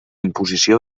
imposició